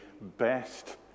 best